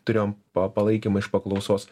turėjom pa palaikymą iš paklausos